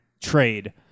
trade